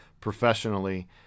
professionally